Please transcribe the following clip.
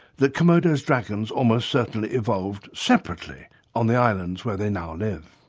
that komodo's dragons almost certainly evolved separately on the islands where they now live.